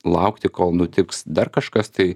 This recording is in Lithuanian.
laukti kol nutiks dar kažkas tai